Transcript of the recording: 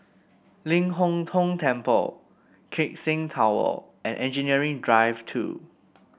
Ling Hong Tong Temple Keck Seng Tower and Engineering Drive Two